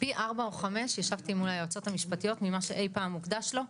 פי ארבעה או חמישה עם היועצות המשפטיות ממה שאי פעם הוקדש לו.